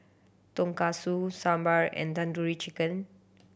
Tonkatsu Sambar and Tandoori Chicken